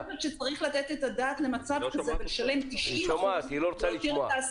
היא שומעת, היא לא רוצה לשמוע.